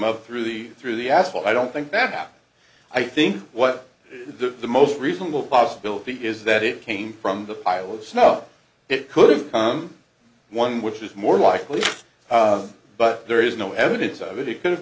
up through the through the asphalt i don't think that i think what the the most reasonable possibility is that it came from the pile of snow it could have come one which is more likely but there is no evidence of it it could have